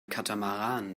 katamaran